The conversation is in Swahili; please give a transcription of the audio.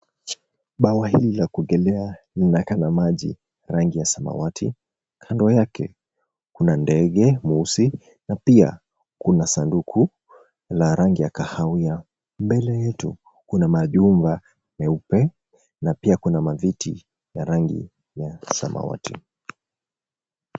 Bwawa hili la kuogelea linaonekana maji rangi ya samawati. Kando yake kuna ndege mweusi na pia kuna sanduku la rangi ya kahawia. Mbele yetu kuna majumba meupe na pia kuna maviti ya rangi ya samawati.